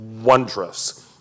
wondrous